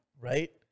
Right